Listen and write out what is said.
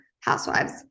Housewives